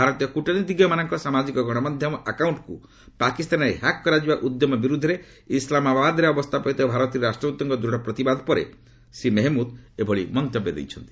ଭାରତୀୟ କୂଟନୀତିଜ୍ଞମାନଙ୍କର ସାମାଜିକ ଗଣମାଧ୍ୟମ ଆକାଉଣ୍ଟକୁ ପାକିସ୍ତାନରେ ହ୍ୟାକ୍ କରାଯିବା ଉଦ୍ୟମ ବିରୁଦ୍ଧରେ ଇସଲାମାବାଦରେ ଅବସ୍ଥାପିତ ଭାରତୀୟ ରାଷ୍ଟ୍ରଦୂତଙ୍କ ଦୃଢ଼ ପ୍ରତିବାଦ ପରେ ଶ୍ରୀ ମେହଞ୍ଖୁଦ୍ ଏଭଳି ମନ୍ତବ୍ୟ ଦେଇଛନ୍ତି